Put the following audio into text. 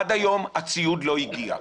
עד היום הציוד לא הגיע.